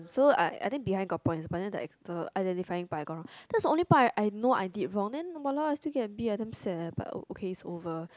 so I I think behind got points but then the ex~ identifying part I got wrong that's the only part that I I know I did wrong then !walao! I still get B I damn sad eh but oh okay it's over